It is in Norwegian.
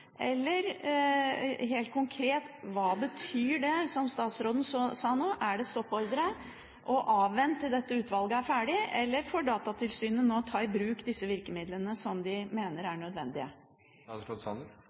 Helt konkret, hva betyr det statsråden nå sa? Er det en stoppordre – avvent til utvalgets innstilling er ferdig – eller får Datatilsynet ta i bruk disse virkemidlene, som de mener